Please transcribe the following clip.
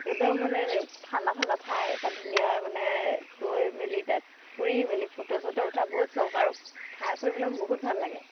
একদম মানে ঠাণ্ডা ঠাণ্ডা ঠাই তাত ধুনীয়া মানে গৈ মেলি তাত ফুৰি মেলি ফটো চটো উঠাৰ বহুত চখ আৰু ঠাই ফুৰিবলৈ মোৰ বহুত ভাল লাগে